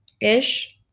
ish